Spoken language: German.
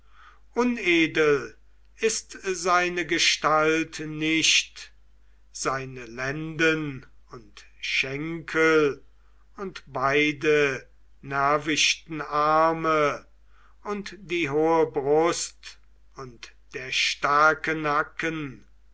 unedel ist seine gestalt nicht seine lenden und schenkel und beide nervichten arme und die hohe brust und der starke nacken